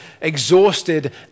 exhausted